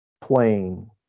playing